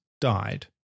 died